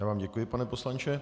Já vám děkuji, pane poslanče.